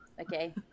okay